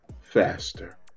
faster